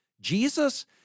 Jesus